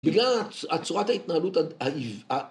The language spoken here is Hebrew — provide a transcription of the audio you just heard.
בגלל צורת ההתנהלות ה...